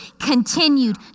continued